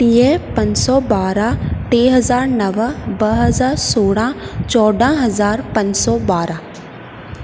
टीह पंज सौ ॿारहं टे हज़ार नव ॿ हज़ार सोरहं चोॾहं हज़ार पंज सौ ॿारहं